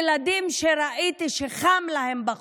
ילדים שראיתי שחם להם בחוץ,